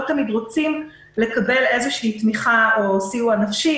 תמיד רוצים לקבל איזו תמיכה או סיוע נפשי.